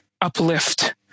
uplift